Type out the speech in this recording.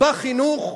בחינוך.